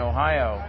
Ohio